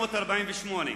בה ב-1948,